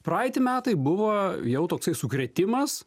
praeiti metai buvo jau toks sukrėtimas